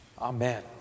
Amen